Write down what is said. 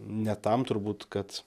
ne tam turbūt kad